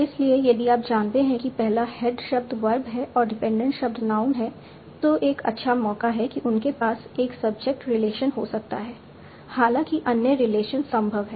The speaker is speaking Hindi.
इसलिए यदि आप जानते हैं कि पहला हेड शब्द वर्ब है और डिपेंडेंट शब्द नाउन है तो एक अच्छा मौका है कि उनके पास एक सब्जेक्ट रिलेशन हो सकता है हालांकि अन्य रिलेशन संभव हैं